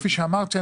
כפי שאמרתי,